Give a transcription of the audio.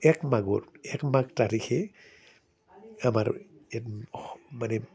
এক মাঘৰ এক মাঘ তাৰিখে আমাৰ মানে